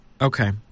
Okay